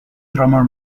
drummer